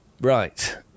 Right